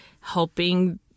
helping